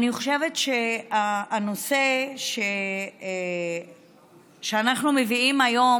אני חושבת שהנושא שאנחנו מביאים היום